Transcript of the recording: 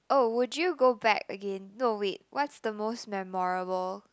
oh would you go back again no wait what's the most memorable